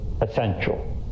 essential